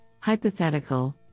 hypothetical